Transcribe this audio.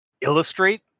illustrate